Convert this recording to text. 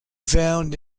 found